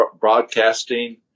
broadcasting